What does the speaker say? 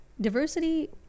Diversity